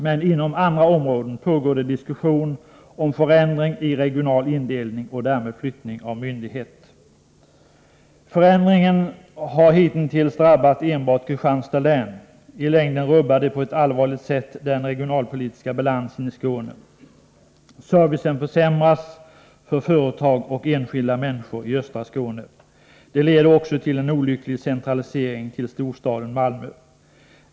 Men inom andra områden pågår det diskussion om förändring i regional indelning och därmed flyttning av myndighet. Förändringen har hitintills drabbat enbart Kristianstads län. I längden rubbar det på ett allvarligt sätt den regionalpolitiska balansen i Skåne. Servicen försämras för företag och enskilda människor i östra Skåne. Det leder också till-.en olycklig centralisering till storstaden Malmö.